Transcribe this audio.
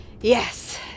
Yes